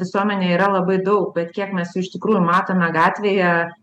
visuomenėj yra labai daug bet kiek mes iš tikrųjų matome gatvėje